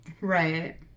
Right